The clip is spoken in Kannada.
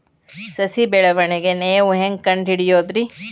ಸಸಿ ಬೆಳವಣಿಗೆ ನೇವು ಹ್ಯಾಂಗ ಕಂಡುಹಿಡಿಯೋದರಿ?